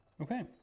Okay